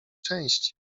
części